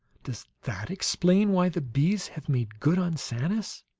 does that explain why the bees have made good on sanus?